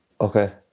Okay